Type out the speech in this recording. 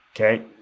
okay